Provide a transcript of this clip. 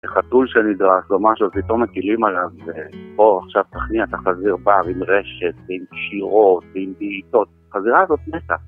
חתול שנדרס, לא משהו, פתאום מפילים עליו ופה עכשיו תכניע את החזיר בר עם רשת, עם קשירות, עם בעיטות החזירה הזאת מתה